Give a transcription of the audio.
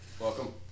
welcome